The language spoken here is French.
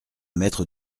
maître